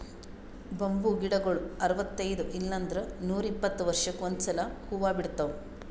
bamboo ಗಿಡಗೊಳ್ ಅರವತೈದ್ ಇಲ್ಲಂದ್ರ ನೂರಿಪ್ಪತ್ತ ವರ್ಷಕ್ಕ್ ಒಂದ್ಸಲಾ ಹೂವಾ ಬಿಡ್ತಾವ್